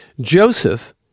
Joseph